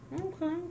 Okay